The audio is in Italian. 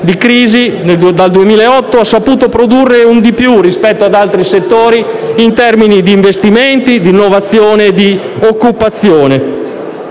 di crisi, dal 2008, ha saputo produrre un di più rispetto ad altri settori in termini di investimenti, di innovazione e di occupazione.